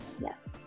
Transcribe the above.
yes